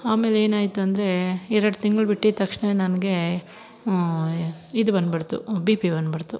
ಆಮೇಲೆ ಏನಾಯಿತು ಅಂದರೇ ಎರಡು ತಿಂಗಳು ಬಿಟ್ಟಿದ ತಕ್ಷಣ ನನಗೆ ಇದು ಬಂದುಬಿಡ್ತು ಬಿ ಪಿ ಬಂದುಬಿಡ್ತು